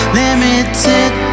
limited